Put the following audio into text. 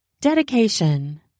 Dedication